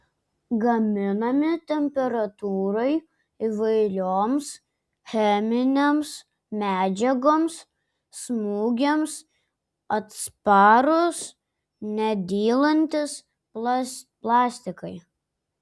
gaminami temperatūrai įvairioms cheminėms medžiagoms smūgiams atsparūs nedylantys plastikai